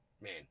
man